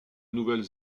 nouvelle